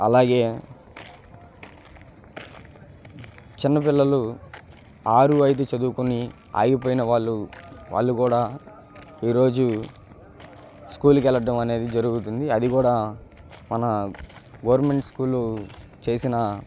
అలాగే చిన్న పిల్లలు ఆరు ఐదు చదువుకుని ఆగిపోయిన వాళ్ళు వాళ్ళు కూడా ఈ రోజు స్కూలుకు వెళ్ళడమనేది జరుగుతుంది అది కూడా మన గవర్నమెంట్ స్కూలు చేసిన